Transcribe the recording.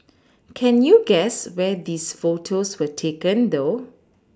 can you guess where these photos were taken though